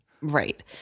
Right